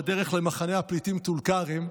בדרך למחנה הפליטים טול כרם,